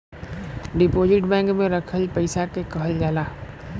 deposit bank में रखल पइसा के कहल जाला